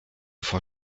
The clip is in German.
vor